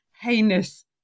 heinous